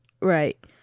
Right